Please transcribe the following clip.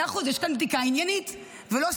מאה אחוז, יש כאן בדיקה עניינית ולא סטיגמטית,